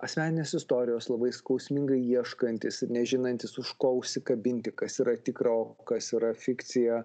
asmeninės istorijos labai skausmingai ieškantis nežinantis už ko užsikabinti kas yra tikra o kas yra fikcija